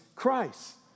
Christ